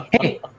Hey